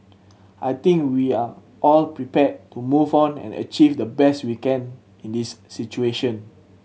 I think we are all prepared to move on and achieve the best we can in this situation